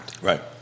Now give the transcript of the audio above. Right